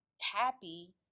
happy